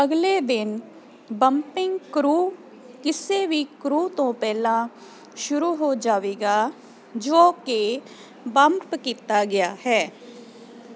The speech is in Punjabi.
ਅਗਲੇ ਦਿਨ ਬੰਪਿੰਗ ਕਰੂ ਕਿਸੇ ਵੀ ਕਰੂ ਤੋਂ ਪਹਿਲਾਂ ਸ਼ੁਰੂ ਹੋ ਜਾਵੇਗਾ ਜੋ ਕਿ ਬੰਪ ਕੀਤਾ ਗਿਆ ਹੈ